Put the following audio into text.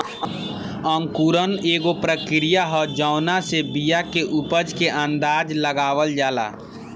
अंकुरण एगो प्रक्रिया ह जावना से बिया के उपज के अंदाज़ा लगावल जाला